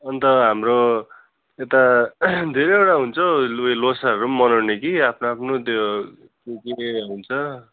अन्त हाम्रो यता धेरैवटा हुन्छ हौ ऊ यो लोसारहरू पनि मनाउने कि आफ्नो आफ्नो त्यो के के हुन्छ